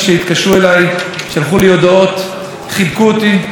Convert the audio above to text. אתמול בכנס מיוחד שעשיתי לכבוד ירושלים,